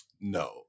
No